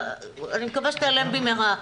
אני מקווה שתיעלם במהרה,